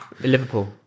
Liverpool